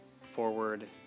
forward